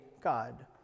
God